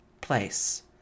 place